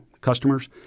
customers